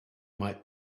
might